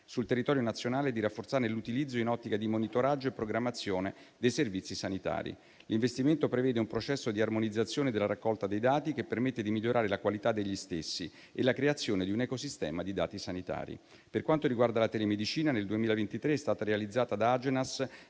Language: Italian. sul territorio nazionale e di rafforzarne l'utilizzo in ottica di monitoraggio e programmazione dei servizi sanitari. L'investimento prevede un processo di armonizzazione della raccolta dei dati che permette di migliorare la qualità degli stessi e la creazione di un ecosistema di dati sanitari. Per quanto riguarda la telemedicina, nel 2023 è stata realizzata dall'Agenzia